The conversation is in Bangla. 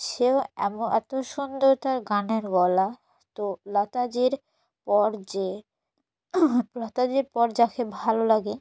সেও এম এত সুন্দর তার গানের গলা তো লতাজির পর যে লতাজির পর যাকে ভালো লাগে